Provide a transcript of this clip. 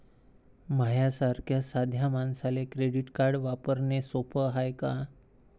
माह्या सारख्या साध्या मानसाले क्रेडिट कार्ड वापरने सोपं हाय का?